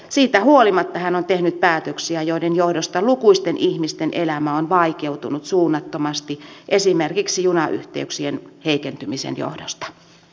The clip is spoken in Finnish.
siitä huolimatta hän on tehnyt päätöksiä joiden johdosta lukuisten ihmisten elämä on vaikeutunut suunnattomasti esimerkiksi junayhteyksien heikentymisen johdosta